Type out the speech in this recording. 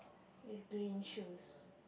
with green shoes